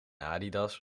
adidas